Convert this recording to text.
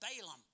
Balaam